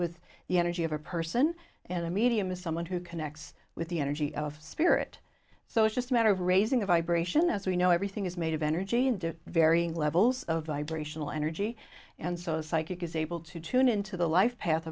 with the energy of a person and a medium is someone who connects with the energy of spirit so it's just a matter of raising a vibration as we know everything is made of energy and to varying levels of vibrational energy and so the psychic is able to tune into the life path